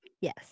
yes